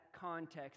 context